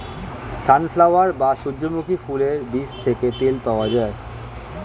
sunflower বা সূর্যমুখী ফুলের বীজ থেকে তেল পাওয়া যায়